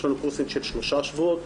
יש לנו קורסים של שלושה שבועות.